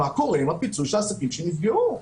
מה קורה עם הפיצוי של עסקים שנפגעו?